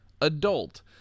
adult